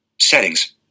Settings